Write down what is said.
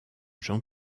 jean